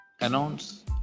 announce